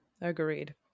agreed